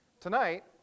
Tonight